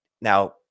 now